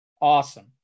awesome